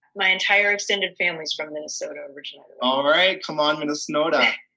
my entire extended family's from minnesota originally. all right? come on, minnesota.